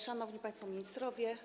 Szanowni Państwo Ministrowie!